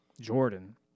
Jordan